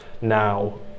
Now